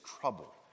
trouble